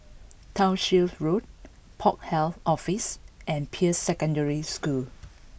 Townshend Road Port Health Office and Peirce Secondary School